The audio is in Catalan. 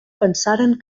pensaren